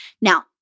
Now